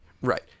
Right